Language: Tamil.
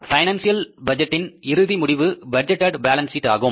பைனான்சியல் பட்ஜெட்டின் இறுதி முடிவு பட்ஜெட்டேட் பேலன்ஸ் ஷீட் ஆகும்